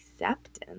acceptance